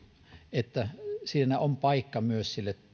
että siinä on paikka myös sille